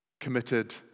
committed